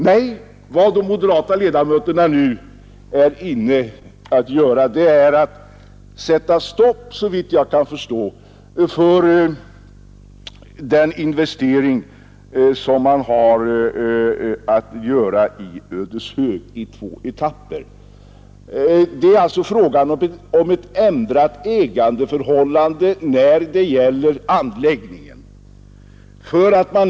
Nej, vad de moderata ledamöterna nu vill göra är, såvitt jag förstår, att sätta stopp för den planerade investeringen i Ödeshög. Det är alltså fråga om ett ändrat ägandeförhållande när det gäller anläggningen i Ödeshög.